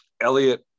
Elliot